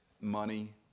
money